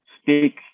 speak